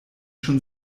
schon